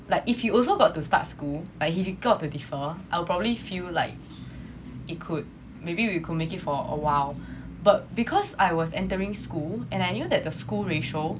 like if you also got to start school like if he got to defer I'll probably feel like it could maybe we could make it for awhile but because I was entering school and I knew that the school ratio